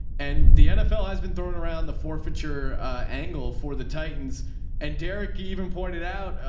and the nfl has been throwing around the forfeiture angle for the titans and derek even pointed out.